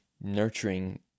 nurturing